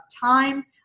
time